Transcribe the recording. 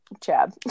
chad